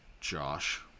Josh